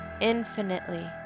infinitely